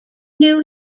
knew